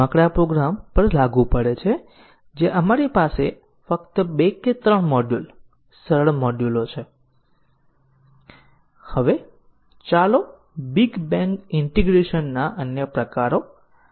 આ પ્રોગ્રામમાં નાના ફેરફારોના કેટલાક ઉદાહરણો છે અને તેના વિશે વિચારવાનો દરેક નાનો ફેરફાર વાસ્તવમાં બગ છે બગ નો એક પ્રકાર છે